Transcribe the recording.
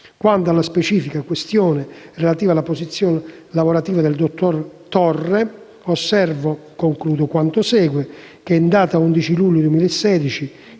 Quanto alla specifica questione relativa alla posizione lavorativa del dottor Torre, osservo quanto segue: in data 11 luglio 2016,